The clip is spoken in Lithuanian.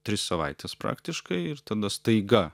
tris savaites praktiškai ir tada staiga